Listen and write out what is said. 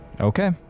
Okay